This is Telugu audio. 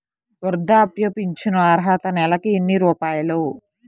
వృద్ధాప్య ఫింఛను అర్హత నెలకి ఎన్ని రూపాయలు?